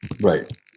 Right